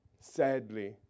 Sadly